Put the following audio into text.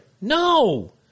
No